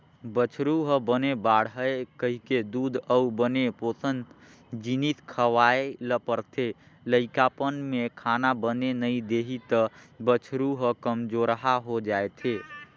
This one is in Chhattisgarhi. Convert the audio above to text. बछरु ह बने बाड़हय कहिके दूद अउ बने पोसन जिनिस खवाए ल परथे, लइकापन में खाना बने नइ देही त बछरू ह कमजोरहा हो जाएथे